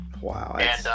Wow